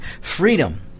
freedom